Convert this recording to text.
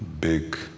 big